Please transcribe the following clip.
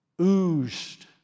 oozed